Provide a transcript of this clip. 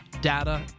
data